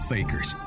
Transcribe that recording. Fakers